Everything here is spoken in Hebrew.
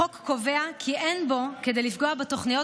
החוק קובע כי אין בו כדי לפגוע בתוכניות